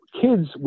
kids